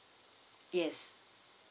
yes